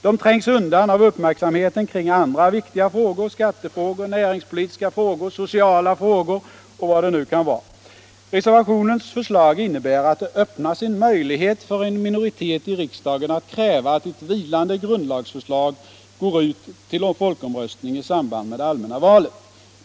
De trängs undan av andra viktiga frågor — skattefrågor, näringspolitiska frågor, sociala frågor och vad det nu kan vara. Reservationens förslag innebär, att det öppnas en möjlighet för en minoritet i riksdagen att kräva att vilande grundlagsförslag går ut till folkomröstning i samband med det allmänna valet.